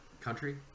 country